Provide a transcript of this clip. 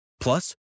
Plus